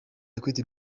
equity